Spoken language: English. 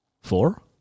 Four